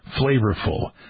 flavorful